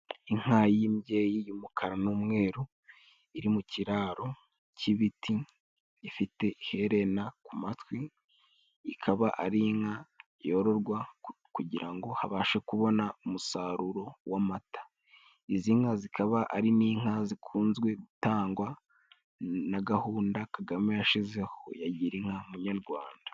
Inka y'imbyeyi y'umukara n'umweru, iri mu kiraro cy'ibiti ifite iherena ku matwi, ikaba ari inka yororwa kugira ngo babashe kubona umusaruro w'amata. Izi nka, zikaba ari inka zikunzwe gutangwa, na gahunda Kagame yashyizeho ya girinka munyarwanda.